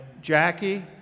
Jackie